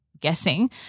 Guessing